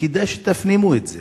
כדאי שתפנימו את זה